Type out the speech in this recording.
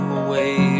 away